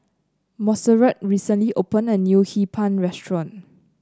Monserrat recently opened a new Hee Pan restaurant